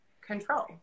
control